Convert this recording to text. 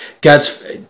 God's